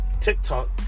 TikTok